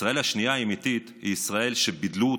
ישראל השנייה האמיתית היא ישראל שבידלו אותה,